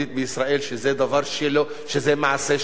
שזה מעשה שלא ייעשה.